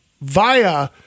via